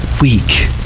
weak